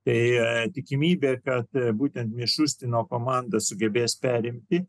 tikimybė kad būtent komanda sugebės perimti